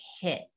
hit